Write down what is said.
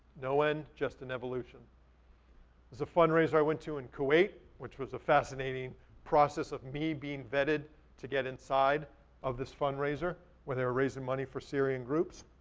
no end, just an evolution. this is a fundraiser i went to in kuwait, which was a fascinating process of me begin vetted to get inside of this fundraiser, where they were raising money for syrian groups